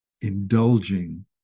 indulging